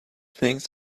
things